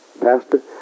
pastor